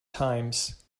times